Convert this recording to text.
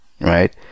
right